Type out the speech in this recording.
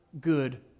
good